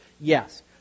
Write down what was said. Yes